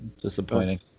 Disappointing